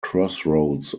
crossroads